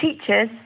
teachers